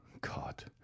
God